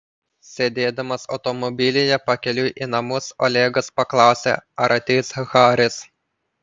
sėdėdamas automobilyje pakeliui į namus olegas paklausė ar ateis haris